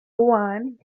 one